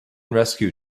rescue